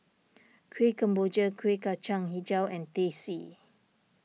Kueh Kemboja Kuih Kacang HiJau and Teh C